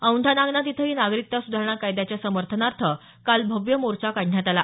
औैंढा नागनाथ इथंही नागरिकता सुधारणा कायद्याच्या समर्थनार्थ काल भव्य मोर्चा काढण्यात आला